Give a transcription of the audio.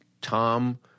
Tom